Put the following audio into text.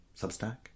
substack